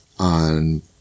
On